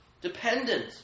Dependent